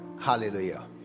Hallelujah